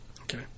Okay